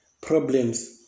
problems